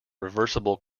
reversible